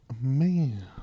man